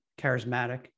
charismatic